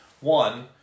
One